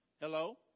Hello